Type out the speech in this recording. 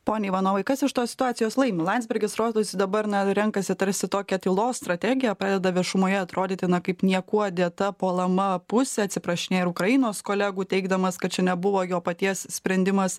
pone ivanovai kas iš tos situacijos laimi landsbergis rodosi dabar na renkasi tarsi tokią tylos strategiją pradeda viešumoje atrodyti kaip niekuo dėta puolama pusė atsiprašinėjo ir ukrainos kolegų teigdamas kad čia nebuvo jo paties sprendimas